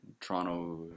Toronto